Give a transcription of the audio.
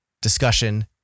discussion